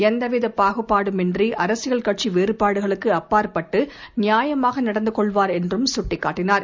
எந்தவித பாகுபாடுமின்றி அரசியல் கட்சி வேறுபாடுகளுக்கு அப்பாற்பட்டு நியாயமாக நடந்து கொள்பவர் என்று கட்டிக் காட்டினார்